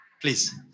Please